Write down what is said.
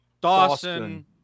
Dawson